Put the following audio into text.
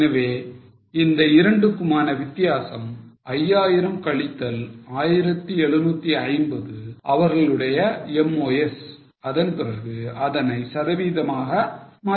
எனவே இந்த இரண்டுக்குமான வித்தியாசம் 5000 கழித்தல் 1750 அவர்களுடைய MOS அதன் பிறகு அதனை சதவீதமாக மாற்றி விடுங்கள் ok